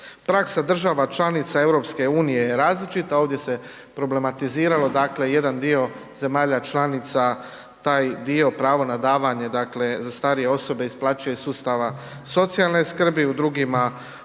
Praksa država članica EU je različita, ovdje se problematiziralo, dakle jedan dio zemalja članica, taj dio pravo na davanje, dakle za starije osobe isplaćuje iz sustava socijalne skrbi, u drugima